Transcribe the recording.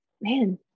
Man